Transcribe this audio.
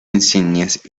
insignias